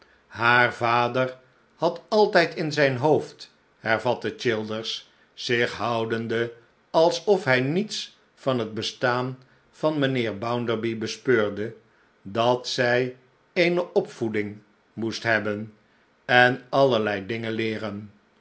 haar vader had altijd in zijn hoofd hervatte childers zich houdende alsof hij niets van het bestaan van mijnheer bounderby bespeurde dat zij eene opvoeding moest hebhen en allerlei dingen leeren